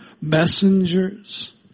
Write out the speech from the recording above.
messengers